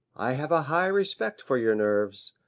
i have a high respect for your nerves.